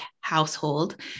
household